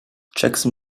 jackson